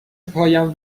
پایم